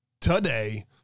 today